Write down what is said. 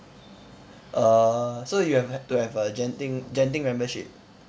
uh so you have to have a genting genting membership